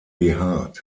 behaart